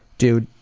dude,